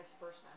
first